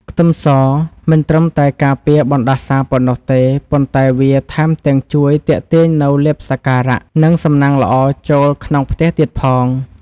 ខ្ទឹមសមិនត្រឹមតែការពារបណ្តាសាប៉ុណ្ណោះទេប៉ុន្តែវាថែមទាំងជួយទាក់ទាញនូវលាភសក្ការៈនិងសំណាងល្អចូលក្នុងផ្ទះទៀតផង។